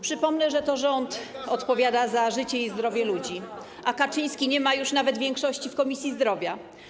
Przypomnę, że to rząd odpowiada za życie i zdrowie ludzi, a Kaczyński nie ma już nawet większości w Komisji Zdrowia.